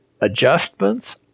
adjustments